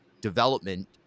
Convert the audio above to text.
development